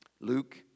Luke